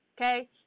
Okay